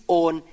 own